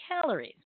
calories